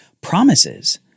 promises